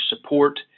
support